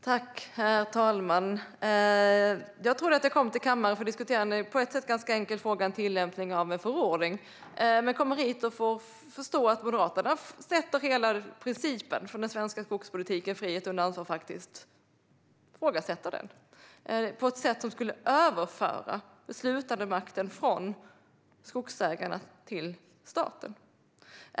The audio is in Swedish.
Herr talman! Jag trodde att jag kom till kammaren för att diskutera en på ett sätt ganska enkel fråga, nämligen en tillämpning av en förordning. Så kommer jag hit och förstår att Moderaterna faktiskt ifrågasätter hela principen för den svenska skogspolitiken - frihet under ansvar - på ett sätt som skulle överföra beslutandemakten från skogsägarna till staten.